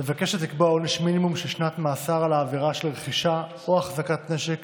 מבקשת לקבוע עונש מינימום של שנת מאסר על העבירה של רכישה או החזקת נשק